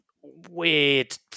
weird